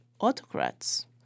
autocrats